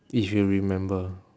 if you remember